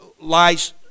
lies